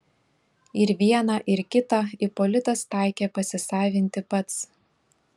ir vieną ir kitą ipolitas taikė pasisavinti pats